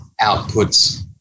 outputs